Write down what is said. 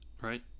right